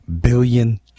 billion